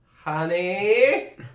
Honey